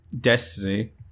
Destiny